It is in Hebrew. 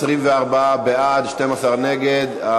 24 בעד, 12 נגד.